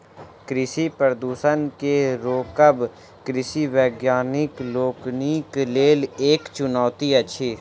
कृषि प्रदूषण के रोकब कृषि वैज्ञानिक लोकनिक लेल एक चुनौती अछि